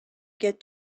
get